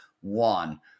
One